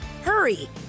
Hurry